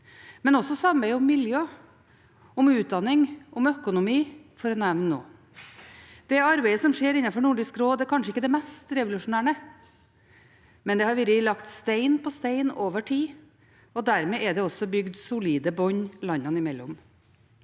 Det samme gjelder miljø, utdanning og økonomi, for å nevne noe. Det arbeidet som skjer innenfor Nordisk råd, er kanskje ikke det mest revolusjonerende, men det har vært lagt stein på stein over tid, og dermed er det også bygd solide bånd landene imellom.